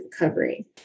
recovery